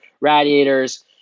radiators